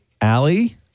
Allie